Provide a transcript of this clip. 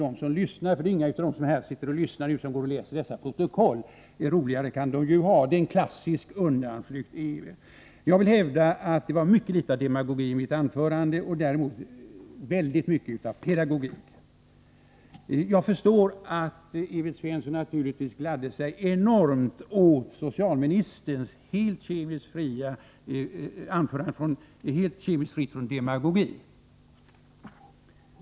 Det är emellertid ingen av dem som sitter här och z lyssnar som kommer att läsa detta protokoll. Roligare kan de ju ha. Det är en klassisk undanflykt som Evert Svensson framför. Jag vill hävda att det var mycket litet av demagogi i mitt anförande, men väldigt mycket av pedagogik. Jag förstår att Evert Svensson naturligtvis gladde sig enormt åt socialministerns från demagogi helt kemiskt fria anförande.